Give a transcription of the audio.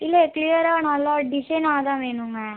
இல்லை கிளியராக நல்ல டிஸைனா தான் வேணுங்கள்